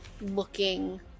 looking